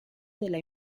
della